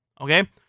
Okay